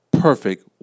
perfect